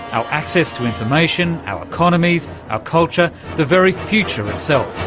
our access to information, our economies, our culture the very future itself.